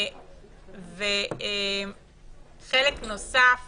חלק נוסף